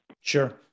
Sure